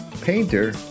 painter